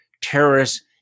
terrorists